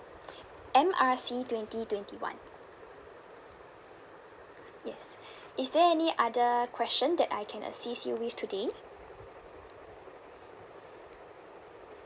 M R C twenty twenty one yes is there any other question that I can assist you with today